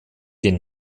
den